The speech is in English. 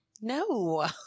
No